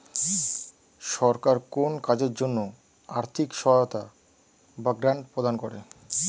সরকার কোন কাজের জন্য আর্থিক সহায়তা বা গ্র্যান্ট প্রদান করে